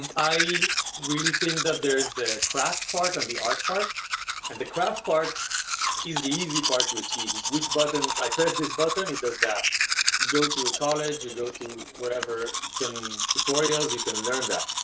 um i really think that there's the craft part and the art part and the craft part is the easy part to achieve. it's which buttons, i press this button, it does that. you go to a college. you go to wherever you can tutorials. you can learn that,